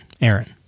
Aaron